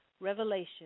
revelation